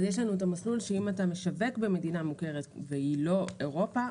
יש לנו את המסלול שאם אתה משווק במדינה מוכרת והיא לא אירופה,